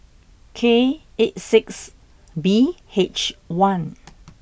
K eight six B H one